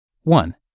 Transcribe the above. one